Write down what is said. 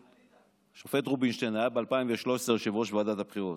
השופט רובינשטיין היה ב-2013 יושב-ראש ועדת הבחירות.